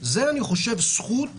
זו זכות